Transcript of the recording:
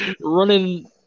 Running